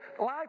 life